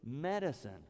medicine